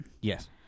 Yes